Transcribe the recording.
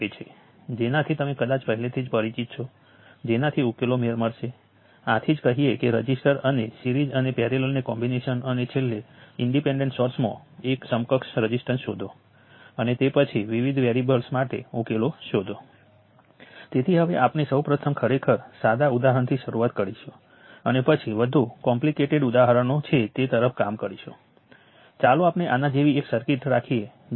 આપણે અગાઉ જોયું છે કે સર્કિટને સંપૂર્ણપણે સોલ્વ કરવા માટે આપણને બે B સમીકરણોની જરૂર છે જ્યાં B એ બ્રાન્ચોની સંખ્યા છે અને આપણે N node B branch circuit માટે આપણે N minus 1 Kirchhoff current law સમીકરણો લખીશું